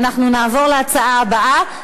אנחנו נעבור להצעה הבאה,